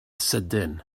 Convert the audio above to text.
sydyn